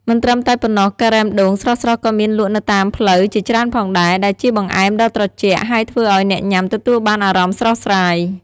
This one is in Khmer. មិនត្រឹមតែប៉ុណ្ណោះ ការ៉េមដូង ស្រស់ៗក៏មានលក់នៅតាមផ្លូវជាច្រើនផងដែរ ដែលជាបង្អែមដ៏ត្រជាក់ហើយធ្វើឲ្យអ្នកញុាំទទួលបានអារម្មណ៍ស្រស់ស្រាយ។